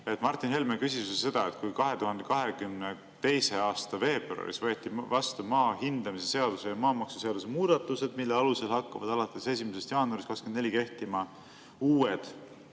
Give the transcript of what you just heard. Martin Helme küsis ju seda, et kui 2022. aasta veebruaris võeti vastu maa hindamise seaduse ja maamaksuseaduse muudatused, mille alusel hakkavad alates 1. jaanuarist 2004 kehtima uued,